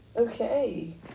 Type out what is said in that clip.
Okay